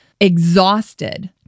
exhausted